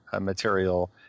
material